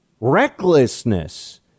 recklessness